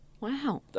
Wow